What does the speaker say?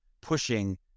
pushing